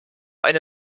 eine